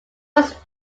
was